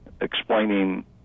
explaining